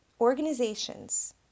organizations